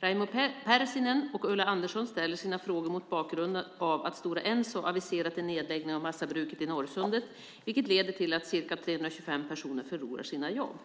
Raimo Pärssinen och Ulla Andersson ställer sina frågor mot bakgrund av att Stora Enso aviserat en nedläggning av massabruket i Norrsundet, vilket leder till att ca 325 personer förlorar sina jobb.